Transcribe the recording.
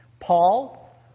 Paul